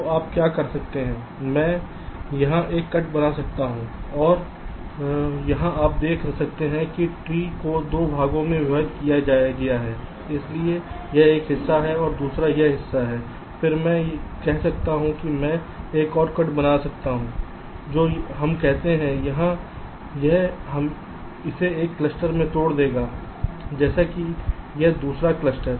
तो आप क्या कर सकते हैं मैं यहां एक कट बना सकता हूं यह आप देख सकते हैं कि ट्री को 2 भागों में विभाजित होजाएगा इसलिए एक यह हिस्सा है और दूसरा यह हिस्सा होगा फिर मैं क्या कर सकता हूं मैं एक और कट बना सकता हूं जो हम कहते हैं यहाँ यह इसे एक क्लस्टर में तोड़ देगा जैसे कि यह दूसरा क्लस्टर